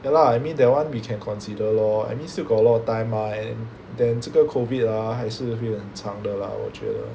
ya lah I mean that one we can consider lor I mean still got a lot of time ah and then 这个 COVID ah 还是会很长的啦我觉得